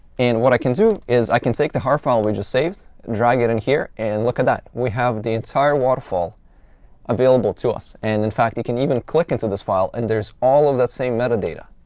and what i can do is i can take the har file we just saved, drag it in here, and look at that. we have the entire waterfall available to us. and in fact, you can even click into this file, and there's all of that same metadata.